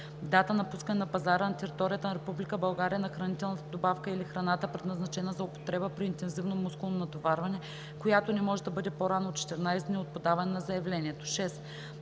дата на пускане на пазара на територията на Република България на хранителната добавка или храната, предназначена за употреба при интензивно мускулно натоварване, която не може да бъде по-рано от 14 дни от подаване на заявлението;